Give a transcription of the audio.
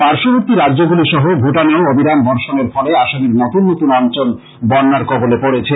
পার্শবর্তী রাজ্য গুলি সহ ভূটানেও অবিরাম বর্ষনের ফলে আসামের নতুন নতুন অঞ্চল বন্যার কবলে পড়েছে